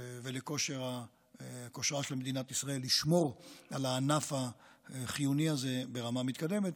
ולכושרה של מדינת ישראל לשמור על הענף החיוני הזה ברמה מתקדמת,